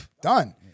done